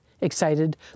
excited